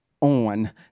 on